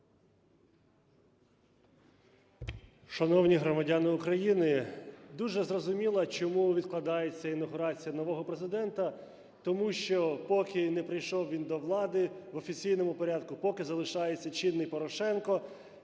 Шановні громадяни України, дуже зрозуміло, чому відкладається інавгурація нового Президента. Тому що, поки не прийшов він до влади в офіційному порядку, поки залишається чинний Порошенко,